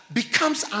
becomes